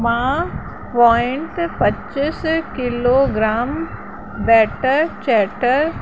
मां पॉइंट पचीस किलोग्राम बैटर चैटर